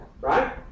Right